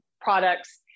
products